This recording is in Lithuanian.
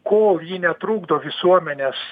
kol ji netrukdo visuomenės